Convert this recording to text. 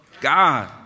God